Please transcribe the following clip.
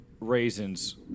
raisins